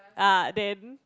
ah then